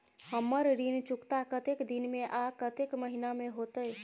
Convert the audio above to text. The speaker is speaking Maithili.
हमर ऋण चुकता कतेक दिन में आ कतेक महीना में होतै?